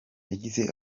yagize